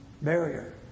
Barrier